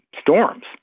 storms